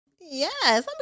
Yes